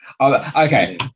Okay